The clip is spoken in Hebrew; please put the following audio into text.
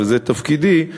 וזה תפקידי,